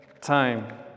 time